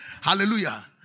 Hallelujah